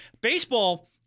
Baseball